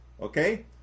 Okay